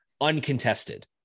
uncontested